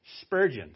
Spurgeon